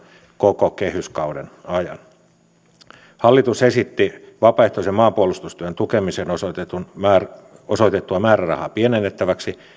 koko kehyskauden ajan hallitus esitti vapaaehtoisen maanpuolustustyön tukemiseen osoitettua määrärahaa pienennettäväksi